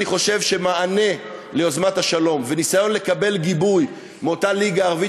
אני חושב שמענה ליוזמת השלום וניסיון לקבל גיבוי מאותה ליגה ערבית,